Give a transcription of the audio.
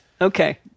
Okay